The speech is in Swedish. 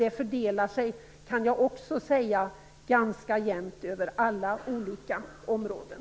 Det fördelar sig dock, kan jag säga, ganska jämnt över alla områden.